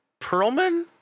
Perlman